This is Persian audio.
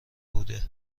بوده